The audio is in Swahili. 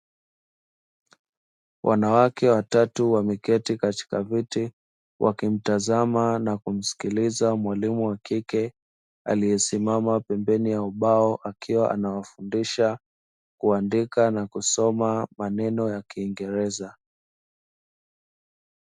Wanawake watatu wameketi katika viti wakimtazama na kumsikiliza mwalimu wa kike aliyesimama pembeni mwa ubao akiwa anawafundisha kuandika na kusoma maneno ya Kiingereza.